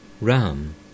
Ram